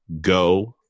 go